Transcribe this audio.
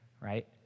right